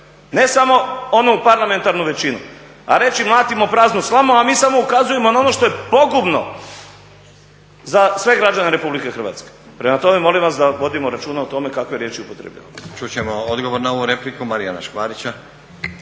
ne samo onu parlamentarnu većinu. A reći mlatimo praznu slamu a mi samo ukazujemo na ono što je pogubno za sve građane Republike Hrvatske. Prema tome, molim vas da vodimo računa o tome kakve riječi upotrjebljavamo. **Stazić, Nenad (SDP)** Čuti ćemo odgovor na ovu repliku Marijana Škvarića.